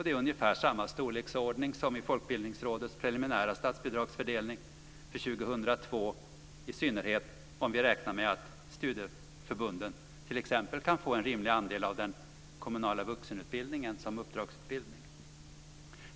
Det är ungefär samma storleksordning som i Folkbildningsrådets preliminära statsbidragsfördelning för 2002, i synnerhet om vi räknar med att studieförbunden t.ex. kan få en rimlig andel av den kommunala vuxenutbildningen som uppdragsutbildning.